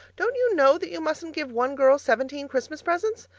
don't you know that you mustn't give one girl seventeen christmas presents?